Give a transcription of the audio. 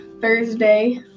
Thursday